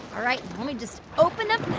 all right, let me just open up